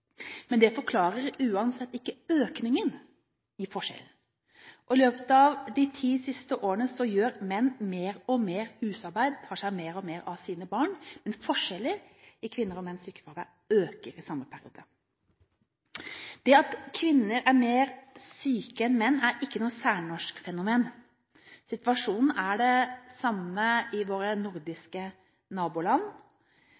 Men det forklarer uansett ikke økningen i forskjellen. Og i løpet av de ti siste årene har menn gjort mer og mer husarbeid, og de tar seg mer og mer av sine barn, men forskjellen mellom kvinners og menns sykefravær øker i samme periode. Det at kvinner er mer syke enn menn er ikke noe særnorsk fenomen. Situasjonen er den samme i våre